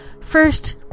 First